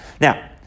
now